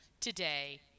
today